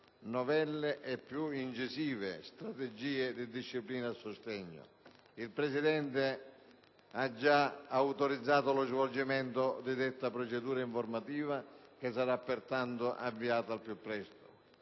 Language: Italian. novelle e di più incisive strategie di disciplina e sostegno. Il Presidente ha già autorizzato lo svolgimento di detta procedura informativa, che sarà pertanto avviata al più presto.